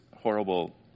horrible